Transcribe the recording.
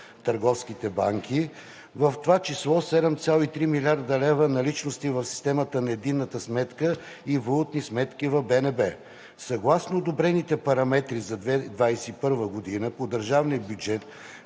търговските банки, в това число 7,3 млрд. лева наличности в системата на единната сметка и валутни сметки в БНБ. Съгласно одобрените параметри за 2021 г. по държавния бюджет